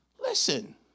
listen